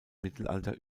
mittelalter